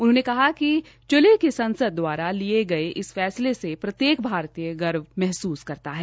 उन्होंने कहा कि चिल्ली की संसद दवारा लिये गये इस फैसले से प्रत्येक भारतीय गर्व महसूस करता है